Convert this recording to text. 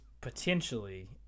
potentially